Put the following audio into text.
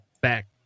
back